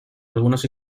algunos